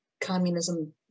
communism